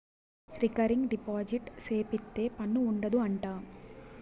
recurring deposit సేపిత్తే పన్ను ఉండదు అంట